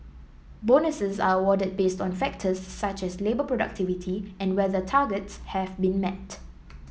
bonuses are awarded based on factors such as labour productivity and whether targets have been met